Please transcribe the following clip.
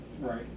Right